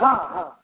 हँ हँ